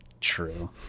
true